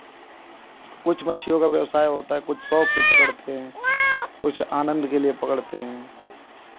कुछ मच्छियों का व्यवसाय होता है कुछ शौक से पकड़ते हैं कुछ आनंद के लिए पकड़ते हैं